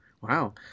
wow